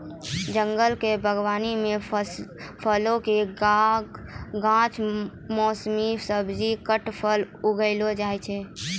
जंगल क बागबानी म फलो कॅ गाछ, मौसमी सब्जी, काष्ठफल उगैलो जाय छै